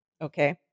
Okay